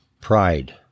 pride